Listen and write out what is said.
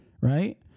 Right